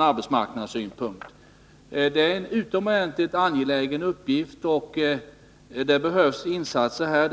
Det rör sig här om en utomordentligt angelägen uppgift, och jag